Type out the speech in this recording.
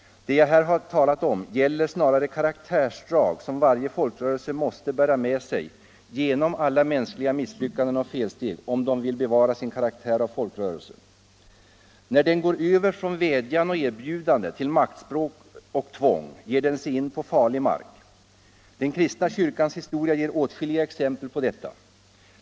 Vad jag har talat om gäller snarare karaktärsdrag som varje folkrörelse måste bära med sig genom alla mänskliga misslyckanden och felsteg, om den vill bevara sin karaktär av folk rörelse. När den går över från vädjan och erbjudande till maktspråk och tvång ger den sig in på farlig mark. Den kristna kyrkans historia ger åtskilliga exempel på detta.